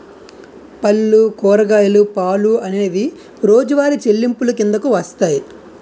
పళ్ళు కూరగాయలు పాలు అనేవి రోజువారి చెల్లింపులు కిందకు వస్తాయి